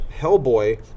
Hellboy